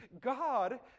God